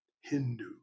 Hindu